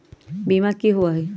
बीमा की होअ हई?